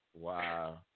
Wow